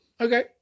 Okay